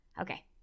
Okay